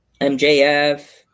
MJF